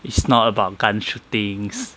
it's not about gun shootings